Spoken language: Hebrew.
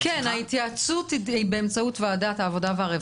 ההתייעצות היא באמצעות ועדת העבודה והרווחה.